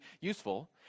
useful